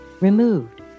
removed